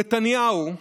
נתניהו,